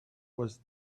was